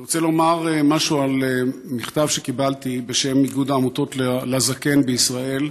אני רוצה לומר משהו על מכתב שקיבלתי בשם איגוד העמותות לזקן בישראל,